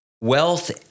wealth